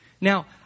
Now